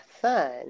son